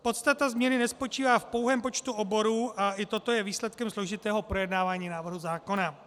Podstata změny nespočívá v pouhém počtu oborů, a i toto je výsledkem složitého projednávání návrhu zákona.